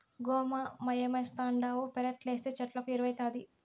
గోమయమేస్తావుండావు పెరట్లేస్తే చెట్లకు ఎరువౌతాది